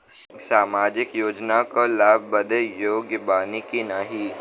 सामाजिक योजना क लाभ बदे योग्य बानी की नाही?